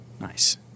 Nice